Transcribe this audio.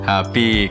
Happy